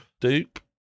Dupe